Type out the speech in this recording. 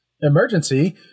emergency